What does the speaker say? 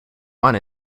want